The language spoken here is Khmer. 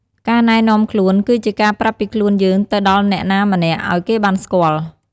ការណែនាំខ្លួនគឺជាការប្រាប់ពីខ្លួនយើងទៅដល់អ្នកណាម្នាក់ឲ្យគេបានស្គាល់ ។